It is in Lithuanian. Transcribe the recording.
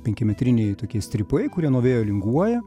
penkimetriniai tokie strypai kurie nuo vėjo linguoja